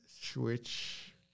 switch